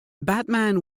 batman